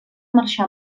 marxar